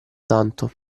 tanto